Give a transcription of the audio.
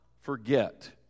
forget